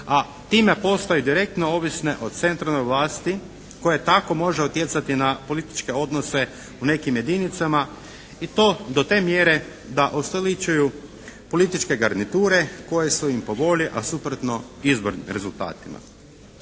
A time postaju direktno ovisne o centralnoj vlasti koja tako može utjecati na političke odnose u nekim jedinicama i to do te mjere da ustoličuju političke garniture koje su im po volji, a suprotno izbornim rezultatima.